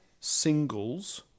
singles